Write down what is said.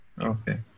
Okay